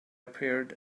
appeared